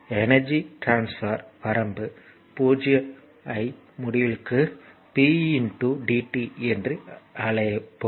energy transfer வரம்பு 0 ஐ முடிவிலிக்கு p dt என்று அழைப்போம்